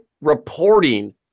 reporting